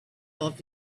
off